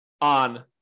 on